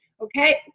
okay